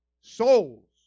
souls